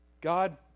God